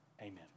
amen